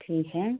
ठीक है